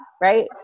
right